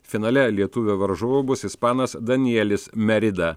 finale lietuvio varžovu bus ispanas danielius merida